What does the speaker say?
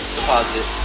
deposit